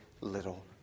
little